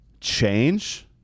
change